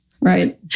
Right